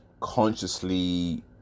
consciously